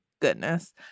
goodness